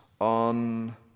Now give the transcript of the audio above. on